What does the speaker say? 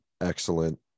excellent